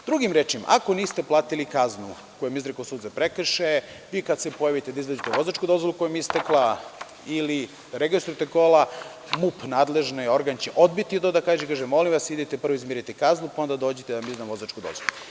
Drugim rečima, ako niste platili kaznu koju vam je izrekao sud za prekršaje, kada se pojavite da izvadite vozačku dozvolu koja vam je istekla ili registrujete kola, MUP, nadležan organ će odbiti to, pa će da kaže – molim vas, idite prvo izmirite kaznu, pa onda dođite da vam izdam vozačku dozvolu.